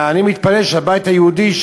אני מתפלא שהבית היהודי,